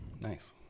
nice